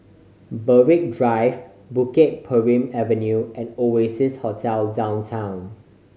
Berwick Drive Bukit Purmei Avenue and Oasia Hotel Downtown